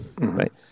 right